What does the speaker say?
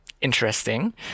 interesting